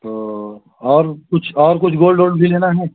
तो और कुछ और कुछ गोल्ड ओल्ड भी लेना है